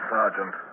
Sergeant